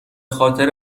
خاطر